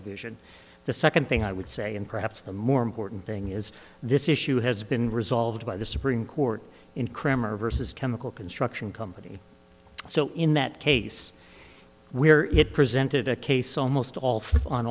division the second thing i would say and perhaps the more important thing is this issue has been resolved by the supreme court in kraemer versus chemical construction company so in that case where it presented a case almost all for on